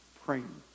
praying